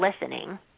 listening